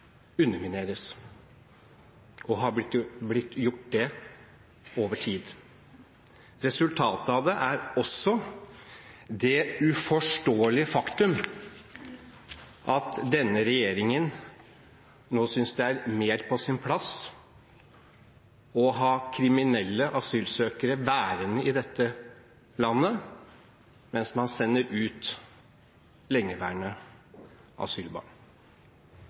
undermineres og har blitt det over tid. Resultatet av det er også det uforståelige faktum at denne regjeringen nå synes det er mer på sin plass å ha kriminelle asylsøkere værende i dette landet mens man sender ut lengeværende asylbarn.